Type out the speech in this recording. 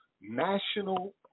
national